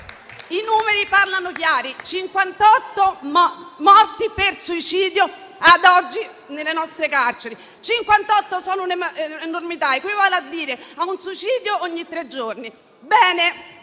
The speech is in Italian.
I numeri parlano chiari: 58 morti per suicidio ad oggi nelle nostre carceri. Si tratta di una enormità: equivale a dire a un suicidio ogni tre giorni, a